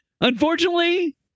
Unfortunately